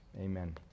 Amen